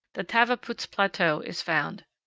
the tavaputs plateau is found.